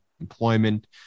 employment